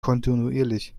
kontinuierlich